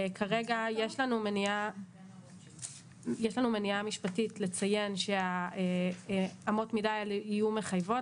כרגע יש לנו מניעה משפטית לציין שאמות המידה האלה יהיו מחייבות.